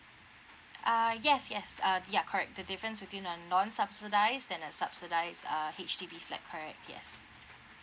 uh yes yes uh ya correct the difference between a non subsidise and a subsidise uh H_D_B flat correct yes